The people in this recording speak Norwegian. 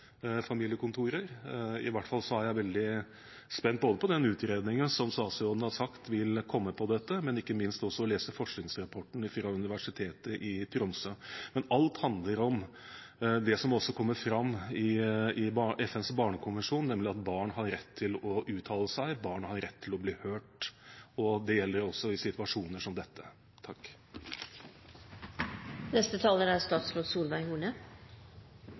familiekontorer. Jeg er i hvert fall veldig spent både på den utredningen som statsråden har sagt vil komme om dette, og – ikke minst – også på å lese forskningsrapporten fra Universitetet i Tromsø. Men alt handler om det som også kommer fram i FNs barnekonvensjon, nemlig at barn har rett til å uttale seg og rett til å bli hørt. Det gjelder også i situasjoner som dette.